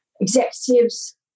executives